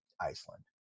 Iceland